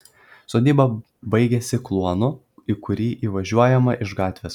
sodyba baigiasi kluonu į kurį įvažiuojama iš gatvės